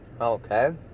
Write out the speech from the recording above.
okay